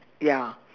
ya